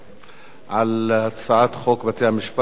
על הצעת חוק בתי-המשפט (תיקון מס'